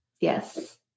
yes